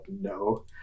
no